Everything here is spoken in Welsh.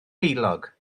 heulog